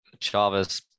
chavez